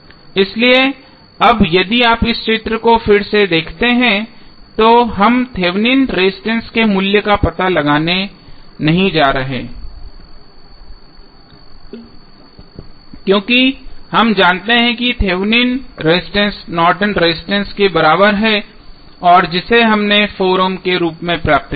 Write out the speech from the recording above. इसलिए अब यदि आप इस चित्र को फिर से देखते हैं तो हम थेवेनिन रेजिस्टेंस के मूल्य का पता लगाने नहीं जा रहे हैं क्योंकि हम जानते हैं कि Thevenin resistance Norton resistance Nortons resistance के बराबर है और जिसे हमने 4 ओम के रूप में प्राप्त किया है